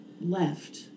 left